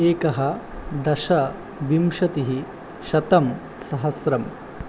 एकः दश विंशतिः शतं सहस्रम्